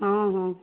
ହଁ ହଁ